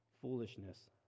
foolishness